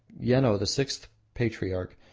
yeno, the sixth patriarch,